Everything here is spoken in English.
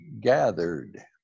gathered